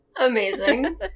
Amazing